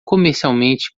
comercialmente